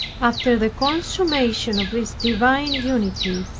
after the consummation of this divine unity,